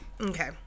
okay